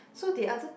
so the other